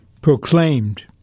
proclaimed